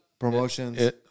Promotions